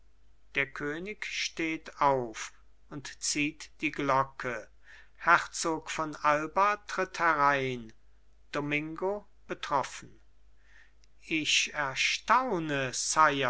der könig steht auf und zieht die glocke herzog von alba tritt herein domingo betroffen ich erstaune